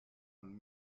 von